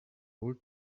old